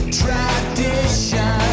tradition